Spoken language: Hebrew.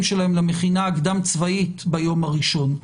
שלהם למכינה הקדם צבאית ביום הראשון.